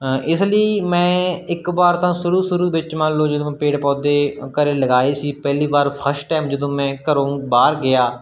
ਇਸ ਲਈ ਮੈਂ ਇੱਕ ਵਾਰ ਤਾਂ ਸ਼ੁਰੂ ਸ਼ੁਰੂ ਵਿੱਚ ਮੰਨ ਲਓ ਜਦੋਂ ਪੇੜ ਪੌਦੇ ਘਰ ਲਗਾਏ ਸੀ ਪਹਿਲੀ ਵਾਰ ਫਸਟ ਟਾਈਮ ਜਦੋਂ ਮੈਂ ਘਰੋਂ ਬਾਹਰ ਗਿਆ